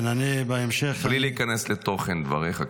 בלי להיכנס לתוכן דבריך,